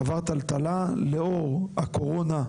עבר טלטלה לאור הקורונה,